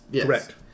Correct